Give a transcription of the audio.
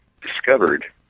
discovered